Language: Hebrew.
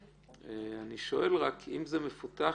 אם כן, אתם בנוסח המעודכן.